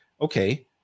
okay